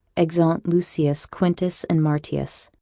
exeunt lucius, quintus, and martius